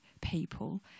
people